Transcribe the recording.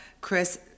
Chris